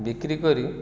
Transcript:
ବିକ୍ରି କରି